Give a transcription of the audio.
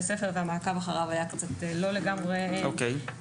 ספר והמעקב אחריו היה לא לגמרי מדויק,